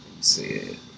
see